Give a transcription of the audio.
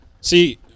See